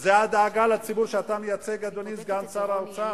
זאת הדאגה לציבור שאתה מייצג, אדוני סגן שר האוצר?